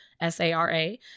S-A-R-A